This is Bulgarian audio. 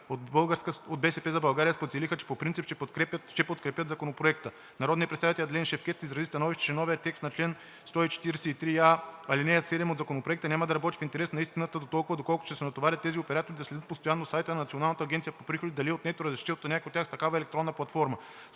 От „БСП за България“ споделиха, че по принцип ще подкрепят Законопроекта. Народният представител Адлен Шевкед изрази становище, че новият текст на чл. 143я, ал. 7 от Законопроекта няма да работи в интерес на истината дотолкова, доколкото ще се натоварят тези оператори да следят постоянно сайта на Националната агенция за приходите дали е отнето разрешително на някой с такава електронна платформа.